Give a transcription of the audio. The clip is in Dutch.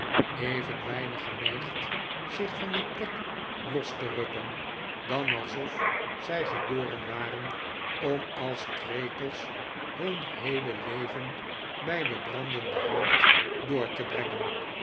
even weinig geneigd zich van die plek los te rukken dan alsof zij geboren waren om als krekels hun heele leven bij den branderiden haard door te brengen